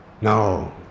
no